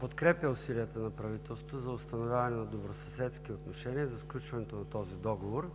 подкрепя усилията на правителството за установяване на добросъседски отношения за сключването на този договор,